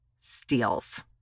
steals